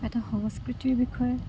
এটা সংস্কৃতিৰ বিষয়ে